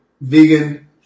vegan